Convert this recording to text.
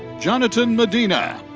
jonathan medina.